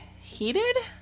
heated